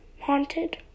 haunted